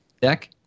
deck